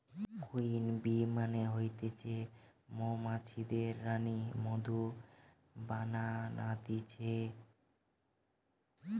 queen bee মানে হতিছে মৌমাছিদের রানী মধু বানাতিছে